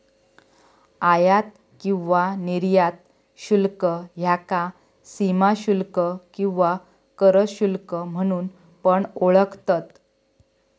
आयात किंवा निर्यात शुल्क ह्याका सीमाशुल्क किंवा कर शुल्क म्हणून पण ओळखतत